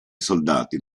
soldati